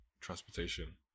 transportation